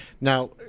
Now